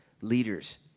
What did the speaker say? leaders